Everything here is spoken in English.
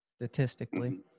statistically